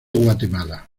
guatemala